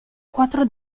quattro